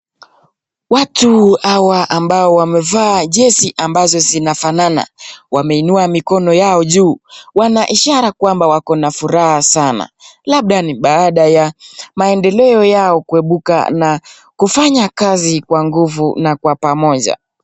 Watu hawa ambao wamevaa jezi ambazo zinafanana wameinua mikono yao juu, wana ishara kwamba wakona furaha sana labda ni baada ya maendeleo yao kuibuka na kufanya kazi kwa nguvu na kwa pamoja.